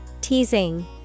Teasing